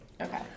Okay